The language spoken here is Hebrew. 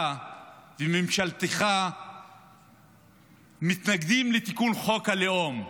אתה וממשלתך מתנגדים לתיקון חוק הלאום,